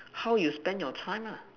how you spend your time lah